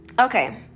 Okay